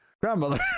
grandmother